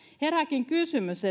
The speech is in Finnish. herääkin kysymys